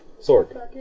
sword